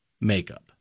makeup